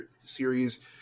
series